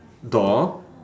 door